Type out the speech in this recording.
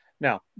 Now